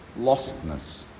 lostness